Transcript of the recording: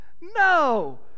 no